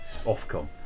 Ofcom